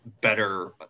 better